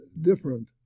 different